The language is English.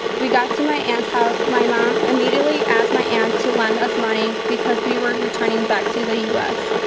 we got to my aunt's house. my mom immediately asked my aunt to lend us money because we were returning back to the u s.